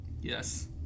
Yes